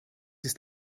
ist